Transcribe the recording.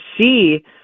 see